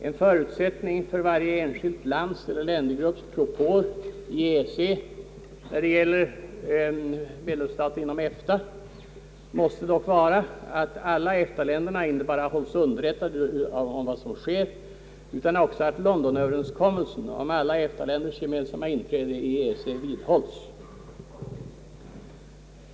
En förutsättning för varje enskilt lands eller landgrupps propåer i EEC måste dock — när det gäller medlemmar i EFTA — vara att alla EFTA-länderna inte bara hålls underrättade om vad som sker utan också att Londonöverenskommelsen om alla EFTA-länders gemensamma inträde i EEC vidhålls.